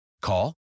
Call